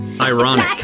ironic